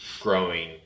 growing